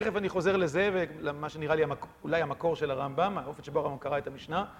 תיכף אני חוזר לזה, ולמה שנראה לי אולי המקור של הרמב״ם, האופן שבו הרמב״ם קרא את המשנה.